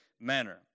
manner